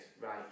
Right